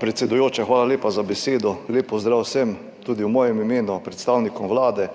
Predsedujoča, hvala lepa za besedo. Lep pozdrav vsem tudi v mojem imenu, predstavnikom Vlade,